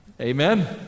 Amen